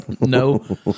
No